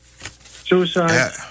Suicide